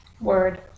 Word